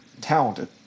talented